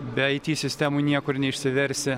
be ai ty sistemų niekur neišsiversi